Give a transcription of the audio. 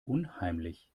unheimlich